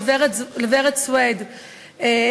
לוורד סוויד,